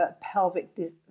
pelvic